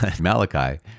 Malachi